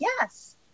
yes